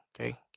Okay